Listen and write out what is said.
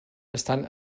estan